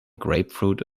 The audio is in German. grapefruit